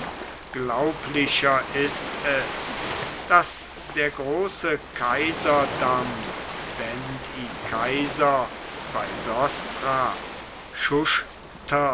glaublicher ist es daß der große kaiserdamm bend i kaiser bei